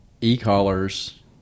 e-collars